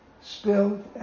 spilled